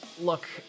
Look